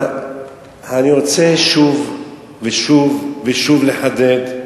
אבל אני רוצה שוב ושוב ושוב לחדד,